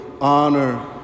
honor